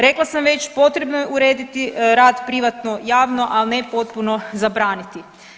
Rekla sam već potrebno je urediti rad privatno javno, ali ne potpuno zabraniti.